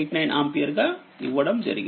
89ఆంపియర్గా ఇవ్వడం జరిగింది